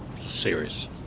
serious